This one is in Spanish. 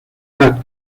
edad